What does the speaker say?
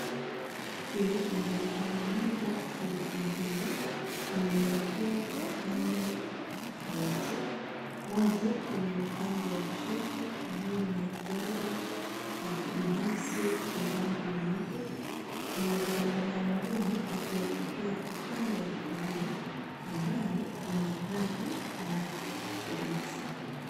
Hii ni barabara moja kuu ambaye, inaelekea upande tofauti, Moja kwenye upande wa kushoto ulio na gari, la kibinafsi la rangi nyeupe, na barabara nyingine ikielekea upande wa kulia ,ambayo ina gari na polisi.